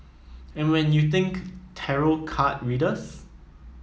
and when you think tarot card readers